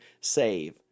save